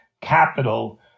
capital